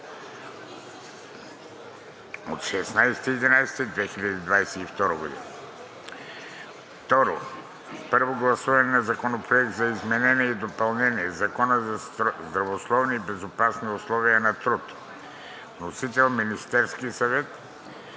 ноември 2022 г. 2. Първо гласуване на Законопроекта за изменение и допълнение на Закона за здравословни и безопасни условия на труд. Вносител е Министерският съвет